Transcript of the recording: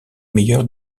meilleur